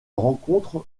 rencontre